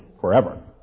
forever